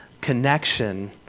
connection